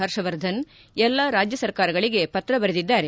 ಹರ್ಷವರ್ಧನ್ ಎಲ್ಲ ರಾಜ್ಯ ಸರ್ಕಾರಗಳಿಗೆ ಪತ್ರ ಬರೆದಿದ್ದಾರೆ